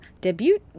debut